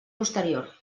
posterior